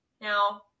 Now